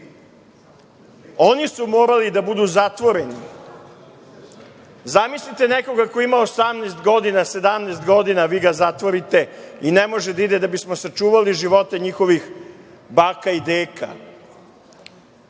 Oni su morali da budu zatvoreni. Zamislite nekoga ko ima 18 godina, 17 godina, vi ga zatvorite i ne može da ide da bismo sačuvali živote njihovih baka i deka.